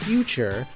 Future